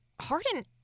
Harden